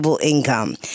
Income